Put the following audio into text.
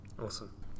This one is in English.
Awesome